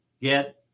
get